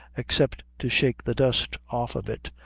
except to shake the dust off of it,